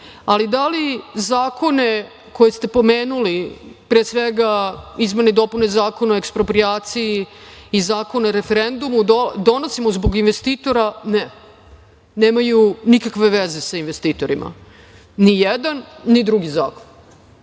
Ali, da li zakone koje ste pomenuli, pre svega izmene i dopune Zakona o eksproprijaciji i Zakon o referendumu donosimo zbog investitora? Ne, nemaju nikakve veze sa investitorima, ni jedan, ni drugi zakon.